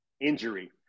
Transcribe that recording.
injury